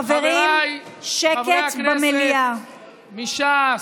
חבריי חברי הכנסת מש"ס,